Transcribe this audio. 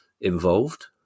involved